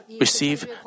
receive